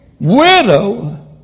widow